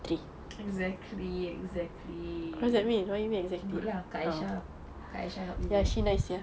exactly exactly good lah kakak aisyah help you what